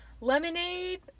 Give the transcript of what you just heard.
Lemonade